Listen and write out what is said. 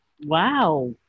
Wow